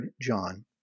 John